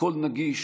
הכול נגיש,